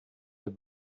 der